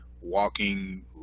walking